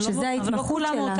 אבל ממה שאני,